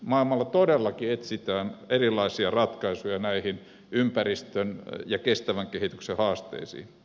maailmalla todellakin etsitään erilaisia ratkaisuja näihin ympäristön ja kestävän kehityksen haasteisiin